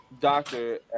doctor